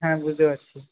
হ্যাঁ বুঝতে পারছি